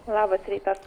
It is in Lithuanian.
labas rytas